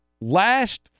last